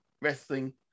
wrestling